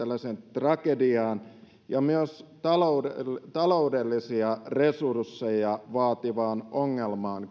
tragediaan ja myös taloudellisia resursseja vaativaan ongelmaan